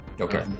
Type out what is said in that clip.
Okay